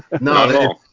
no